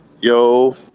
Yo